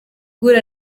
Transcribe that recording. guhura